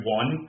one